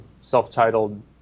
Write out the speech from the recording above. self-titled